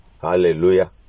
Hallelujah